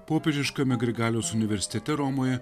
popiežiškame grigaliaus universitete romoje